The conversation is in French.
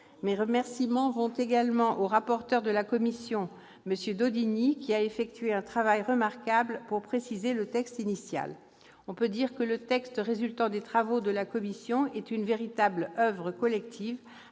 Mes remerciements vont également au rapporteur de la commission, Yves Daudigny, qui a effectué un travail remarquable pour préciser le texte initial. On peut dire que le texte résultant des travaux de la commission est une véritable oeuvre collective